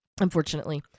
unfortunately